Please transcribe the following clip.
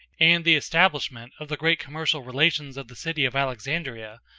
and the establishment of the great commercial relations of the city of alexandria,